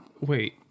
Wait